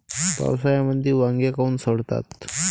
पावसाळ्यामंदी वांगे काऊन सडतात?